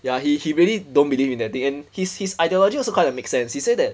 ya he he really don't believe in that thing and his his ideology also kind of make sense he said that